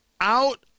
Out